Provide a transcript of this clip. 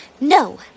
No